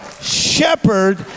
shepherd